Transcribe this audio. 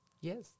yes